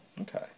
Okay